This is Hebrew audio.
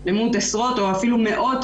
למול עשרות או אפילו מאות